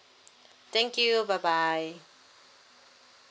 thank you bye bye